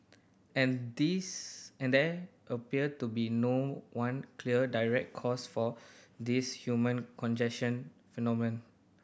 and these and there appear to be no one clear direct cause for this human congestion phenomenon